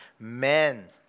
Amen